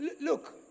look